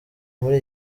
muri